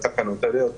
חוק ומשפט לתקנות האלה.